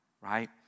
right